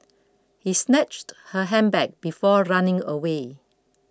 he snatched her handbag before running away